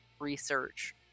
research